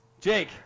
Jake